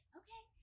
okay